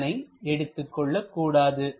இதனை எடுத்துக் கொள்ளக் கூடாது